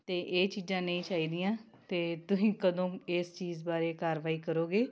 ਅਤੇ ਇਹ ਚੀਜ਼ਾਂ ਨਹੀਂ ਚਾਹੀਦੀਆਂ ਅਤੇ ਤੁਸੀਂ ਕਦੋਂ ਇਸ ਚੀਜ਼ ਬਾਰੇ ਕਾਰਵਾਈ ਕਰੋਂਗੇ